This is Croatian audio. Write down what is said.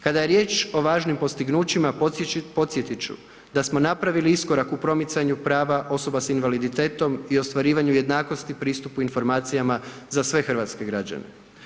Kada je riječ o važnim postignućima, podsjetit ću da smo napravili iskorak u promicanju prava osoba sa invaliditetom i ostvarivanju jednakosti pristupu informacijama za sve hrvatske građane.